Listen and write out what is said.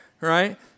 right